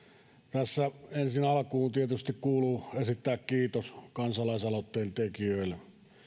tässä ensin alkuun tietysti kuuluu esittää kiitos kansalaisaloitteen tekijöille